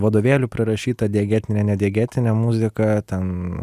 vadovėlių prirašyta diagetinė nediagetinė muzika ten